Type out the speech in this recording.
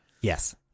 Yes